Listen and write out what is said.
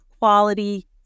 quality